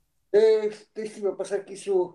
ei teisybę pasakysiu